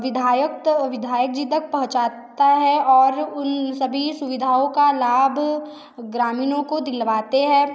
विधायक त विधायक जी तक पहुंचाता है और उन सभी सुविधाओं का लाभ ग्रामीणों को दिलवाते हैं